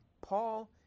Paul